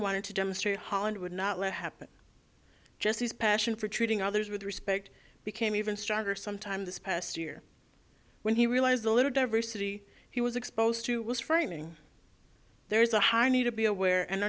wanted to demonstrate holland would not let happen just his passion for treating others with respect became even stronger sometime this past year when he realized a little diversity he was exposed to was frightening there's a high need to be aware and